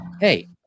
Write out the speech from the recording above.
Hey